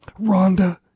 Rhonda